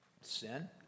Sin